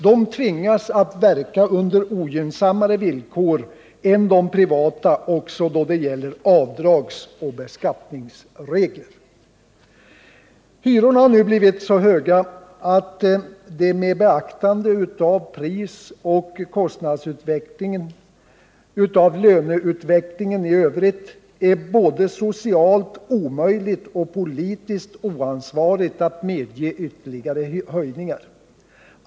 Man tvingas att verka under ogynnsammare villkor än privata företag också då det gäller avdragsoch beskattningsregler. Hyrorna har nu blivit så höga att det med beaktande av prisoch kostnadsutvecklingen och av löneutvecklingen är både socialt omöjligt och politiskt oansvarigt att medge ytterligare höjningar.